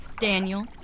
Daniel